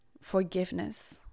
forgiveness